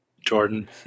Jordan